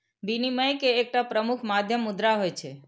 विनिमय के एकटा प्रमुख माध्यम मुद्रा होइ छै